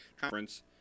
conference